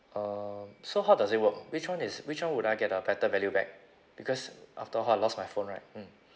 um so how does it work which one is which one would I get a better value back because after all I lost my phone right mm